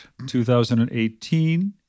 2018